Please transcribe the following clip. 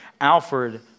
Alfred